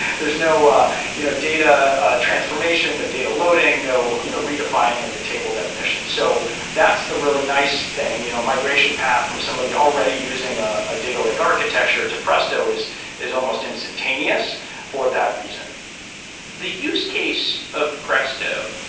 there's no you know data ah transformation or data loading. no you know redefining of the table definition. so that's the really nice thing. you know migration path from somebody already using a ah data lake architecture to presto is is almost instantaneous for that reason the use case of presto,